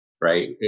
Right